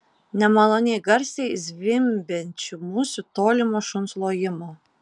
nemaloniai garsiai zvimbiančių musių tolimo šuns lojimo